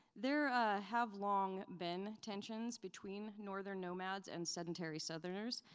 there have long been tensions between northern nomads and sedentary southerners,